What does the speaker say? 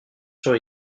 sur